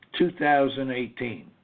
2018